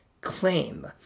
claim